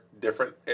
different